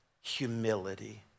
humility